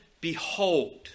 behold